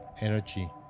energy